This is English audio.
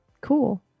cool